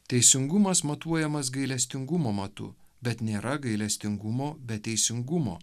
teisingumas matuojamas gailestingumo matu bet nėra gailestingumo be teisingumo